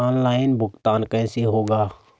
Online भुगतान कैसे होगा?